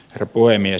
herra puhemies